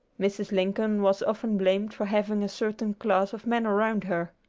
mrs. lincoln was often blamed for having a certain class of men around her.